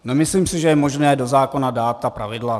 Nemyslím si, že je možné dát do zákona ta pravidla.